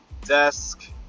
Desk